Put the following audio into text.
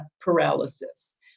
paralysis